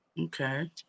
okay